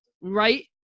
right